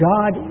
God